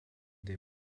der